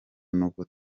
nubwo